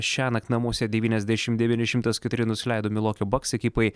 šiąnakt namuose devyniasdešimt devyni šimtas keturi nusileido milvokio baks ekipai